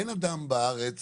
אין אדם בארץ